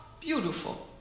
beautiful